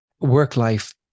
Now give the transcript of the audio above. work-life